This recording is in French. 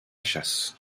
chasse